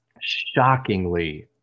shockingly